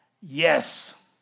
Yes